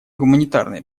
гуманитарной